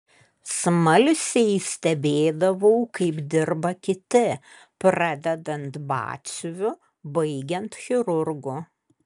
smalsiai stebėdavau kaip dirba kiti pradedant batsiuviu baigiant chirurgu